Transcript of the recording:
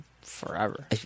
forever